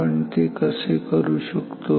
आपण ते कसे करू शकतो